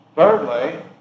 Thirdly